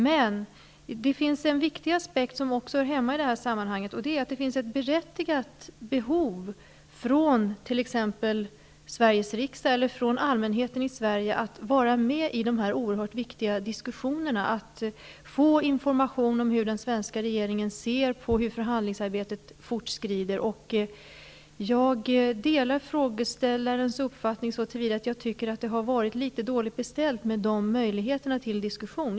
Men det finns en viktig aspekt som också hör hemma i det här sammanhanget, och det är att det finns ett berättigat behov, hos t.ex. Sveriges riksdag eller allmänheten i Sverige, att vara med i dessa oerhört viktiga diskussioner, att få information om hur den svenska regeringen ser på hur förhandlingsarbetet fortskrider. Jag delar frågeställarens uppfattning så till vida att det har varit litet dåligt beställt med möjligheterna till diskussion.